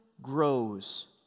grows